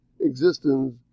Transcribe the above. existence